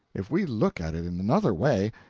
if we look at it in another way,